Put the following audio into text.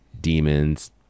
demons